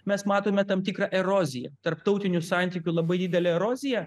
mes matome tam tikrą eroziją tarptautinių santykių labai didelę eroziją